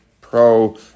pro